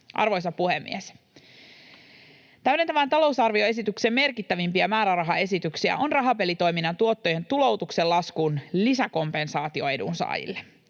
Arvoisa puhemies! Täydentävän talousarvioesityksen merkittävimpiä määrärahaesityksiä on rahapelitoiminnan tuottojen tuloutuksen laskun lisäkompensaatio edunsaajille.